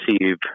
receive